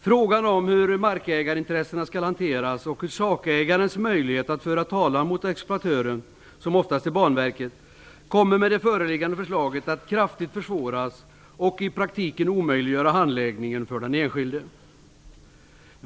Frågan är hur marägarintressena skall hanteras och hur sakägarens möjlighet att föra talan mot exploatören, som oftast är Banverket. Hävdandet av dessa intressen kommer med det föreliggande förslaget att kraftigt försvåras och i praktiken omöjliggöra handläggningen för den enskilde.